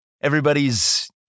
Everybody's